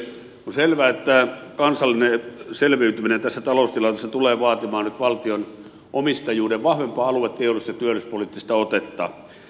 on selvää että kansallinen selviytyminen tässä taloustilanteessa tulee vaatimaan nyt valtion omistajuuden vahvempaa alue teollisuus ja työllisyyspoliittista otetta